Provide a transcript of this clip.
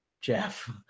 Jeff